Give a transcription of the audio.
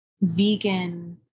vegan